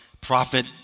Prophet